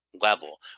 level